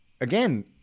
again